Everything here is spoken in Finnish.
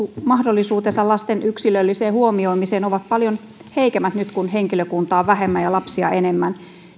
mahdollisuutensa lasten yksilölliseen huomioimiseen ovat paljon heikommat nyt kun henkilökuntaa on vähemmän ja lapsia enemmän